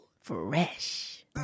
Fresh